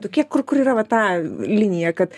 kiek kur kur yra va ta linija kad